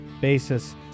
basis